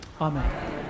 Amen